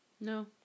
No